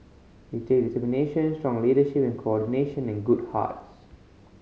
it takes determination strong leadership and coordination and good hearts